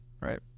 right